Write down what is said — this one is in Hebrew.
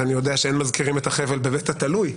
ואני יודע שאין מזכירים את החבל בבית התלוי,